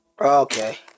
Okay